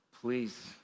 please